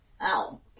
Ow